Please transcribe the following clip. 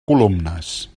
columnes